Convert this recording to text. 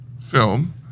film